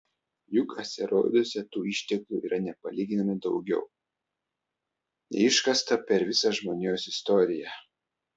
juk asteroiduose tų išteklių yra nepalyginamai daugiau nei iškasta per visą žmonijos istoriją